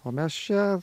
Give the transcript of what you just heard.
o mes čia